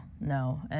no